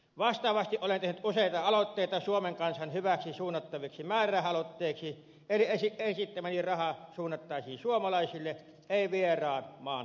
vastaavasti olen tehnyt useita aloitteita suomen kansan hyväksi suunnattaviksi määräraha aloitteiksi eli esittämäni raha suunnattaisiin suomalaisille ei vieraan maan kansalaisille